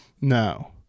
No